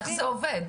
איך זה עובד.